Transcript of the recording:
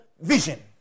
vision